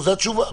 זו התשובה.